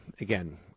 Again